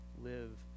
Live